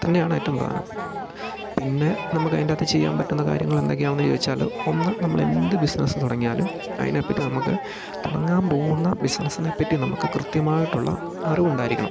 തന്നെയാണ് ഏറ്റോം പ്രധാനം പിന്നെ നമുക്ക് അതിന്റാത്ത് ചെയ്യാൻ പറ്റുന്ന കാര്യങ്ങൾ എന്തെക്കെയാണെന്ന് ചോദിച്ചാൽ ഒന്ന് നമ്മൾ എന്ത് ബിസിനസ് തുടങ്ങിയാലും അതിനെപ്പറ്റി നമുക്ക് തുടങ്ങാൻ പോവുന്ന ബിസിനസിനെപ്പറ്റി നമുക്ക് കൃത്യമായിട്ടുള്ള അറിവുണ്ടായിരിക്കണം